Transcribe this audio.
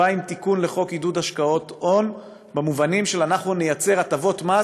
בא עם תיקון לחוק לעידוד השקעות הון במובנים של: אנחנו נייצר הטבות מס